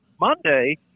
Monday